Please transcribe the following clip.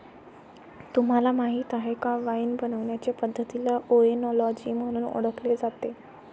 तुम्हाला माहीत आहे का वाइन बनवण्याचे पद्धतीला ओएनोलॉजी म्हणून ओळखले जाते